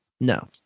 No